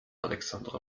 alexandra